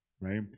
right